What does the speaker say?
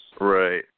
right